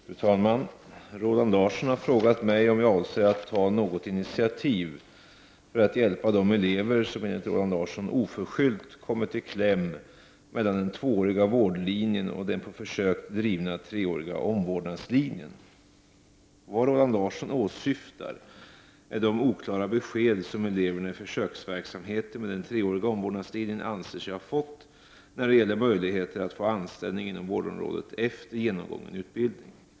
Fru talman! Roland Larsson har frågat mig om jag avser att ta något initiativ för att hjälpa de elever som, enligt Roland Larsson, oförskyllt kommit i Vad Roland Larsson åsyftar är de oklara besked som eleverna i försöksverksamheten med den treåriga omvårdnadslinjen anser sig ha fått när det gäller möjligheter att få anställning inom vårdområdet efter genomgången utbildning.